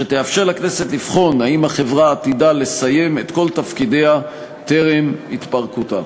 שתאפשר לכנסת לבחון אם החברה עתידה לסיים את כל תפקידיה טרם התפרקותה.